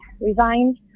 resigned